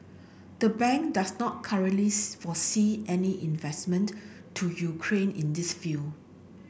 the bank does not currently foresee any investment to Ukraine in this field